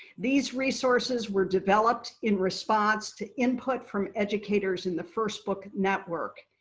these resources were developed in response to input from educators in the first book network.